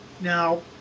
Now